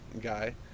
guy